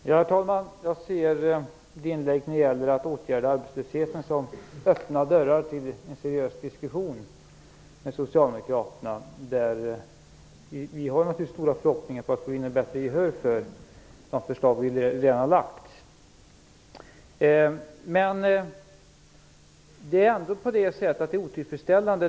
Herr talman! Jag ser inlägget när det gäller att åtgärda arbetslösheten som öppna dörrar till en seriös diskussion med Socialdemokraterna. Vi har naturligtvis stora förhoppningar att vinna bättre gehör för de förslag vi redan har lagt fram.